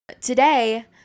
today